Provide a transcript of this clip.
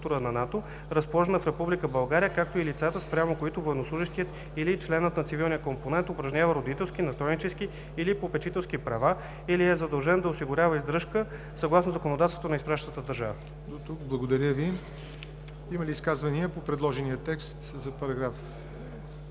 Благодаря ви. Има ли изказвания по предложения текст за § 9?